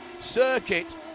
circuit